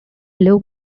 low